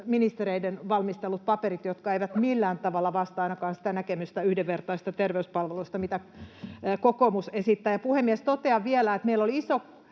ministereiden valmistellut paperit, jotka eivät millään tavalla vastaa ainakaan sitä näkemystä yhdenvertaisista terveyspalveluista, mitä kokoomus esittää. Ja, puhemies, totean vielä, että meillä oli iso